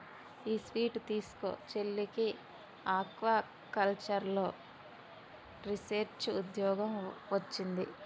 ఈ స్వీట్ తీస్కో, చెల్లికి ఆక్వాకల్చర్లో రీసెర్చ్ ఉద్యోగం వొచ్చింది